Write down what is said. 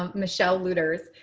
um michelle luders,